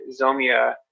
Zomia